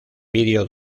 video